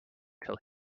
till